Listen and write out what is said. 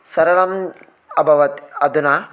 सरलं अभवत् अधुना